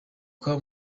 kuba